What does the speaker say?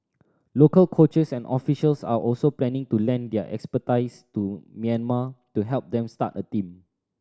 local coaches and officials are also planning to lend their expertise to Myanmar to help them start a team